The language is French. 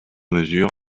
mesure